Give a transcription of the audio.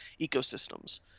ecosystems